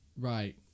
Right